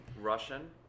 Russian